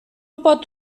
pot